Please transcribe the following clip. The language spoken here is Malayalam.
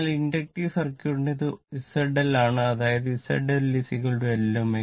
അതിനാൽ ഇൻഡക്റ്റീവ് സർക്യൂട്ടിന് ഇത് Z L ആണ് അതായത് Z L Lω